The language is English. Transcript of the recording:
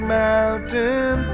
mountain